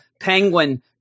Penguin